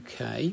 UK